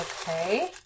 Okay